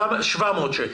כלומר 700 שקל.